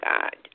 God